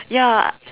ya